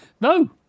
No